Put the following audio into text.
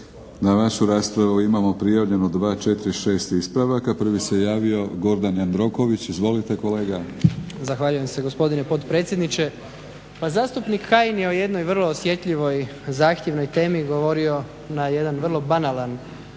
Na vašu raspravu imamo prijavljeno 6 ispravaka. Prvi se javi Gordan Jandroković. Izvolite kolega. **Jandroković, Gordan (HDZ)** Zahvaljujem se gospodine potpredsjedniče. Pa zastupnik Kajin je o jednoj vrlo osjetljivoj zahtjevnoj temi govorio na jedan vrlo banalan